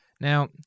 Now